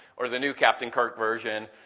or the new captain kirk version,